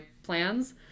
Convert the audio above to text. plans